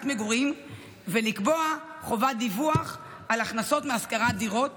מגורים ולקבוע חובת דיווח על הכנסות מהשכרת דירות